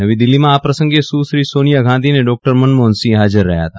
નવી દિલ્હીમાં આ પ્રસંગે સુશ્રી સોનિયાગાંધી અને ડોક્ટર મનમોહનસિંહ હાજર રહ્યા હતા